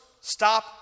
stop